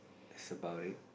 that's about it